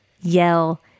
yell